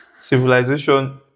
civilization